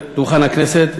על דוכן הכנסת,